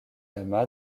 lama